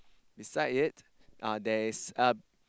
beside it uh there is uh